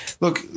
look